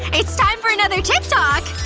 it's time for another tik tok!